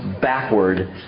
backward